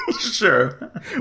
Sure